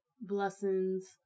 blessings